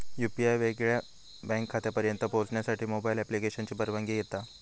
UPI वेगवेगळ्या bank खात्यांपर्यंत पोहचण्यासाठी मोबाईल ॲप्लिकेशनची परवानगी घेता